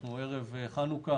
ואנחנו ערב חנוכה,